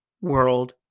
world